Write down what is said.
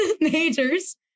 majors